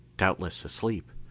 doubtless asleep,